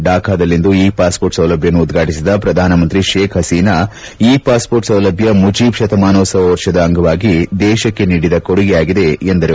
ಥಾಕಾದಲ್ಲಿಂದು e passport ಸೌಲಭ್ಯವನ್ನು ಉದ್ರಾಟಿಸಿದ ಪ್ರಧಾನಮಂತ್ರಿ ಶೇಖ್ ಹಸೀನಾ ಇ ಪಾಸ್ಹೋರ್ಟ್ ಸೌಲಭ್ಯ ಮುಜೀಬ್ ಶತಮಾನೋತ್ಸವ ವರ್ಷದ ಅಂಗವಾಗಿ ದೇಶಕ್ಕೆ ನೀಡಿದ ಕೊಡುಗೆಯಾಗಿದೆ ಎಂದರು